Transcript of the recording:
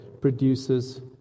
produces